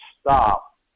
stop